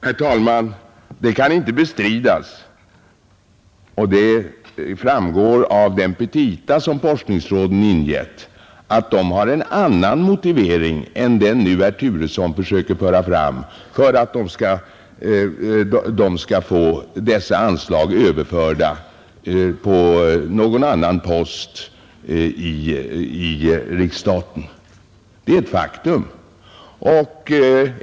Herr talman! Det kan inte bestridas — det framgår av de petita som forskningsråden ingivit — att forskningsråden har en annan motivering än den herr Turesson nu försökte föra fram för att få dessa anslag överförda till någon annan post i riksstaten. Det är ett faktum.